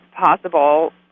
possible